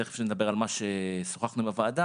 תכף נדבר על מה ששוחחנו עם הוועדה,